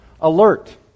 alert